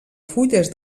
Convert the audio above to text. fulles